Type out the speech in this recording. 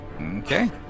Okay